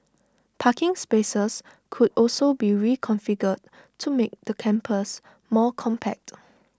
parking spaces could also be reconfigured to make the campus more compact